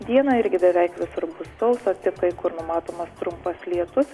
dieną irgi beveik visur bus sausa tik kai kur numatomas trumpas lietus